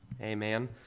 Amen